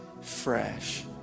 fresh